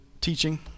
teaching